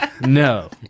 no